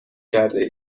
کرده